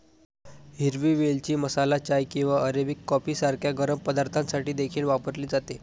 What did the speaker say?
हिरवी वेलची मसाला चाय किंवा अरेबिक कॉफी सारख्या गरम पदार्थांसाठी देखील वापरली जाते